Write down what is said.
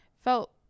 Felt